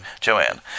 Joanne